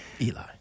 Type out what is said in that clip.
Eli